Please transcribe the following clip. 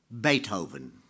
Beethoven